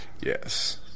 yes